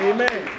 Amen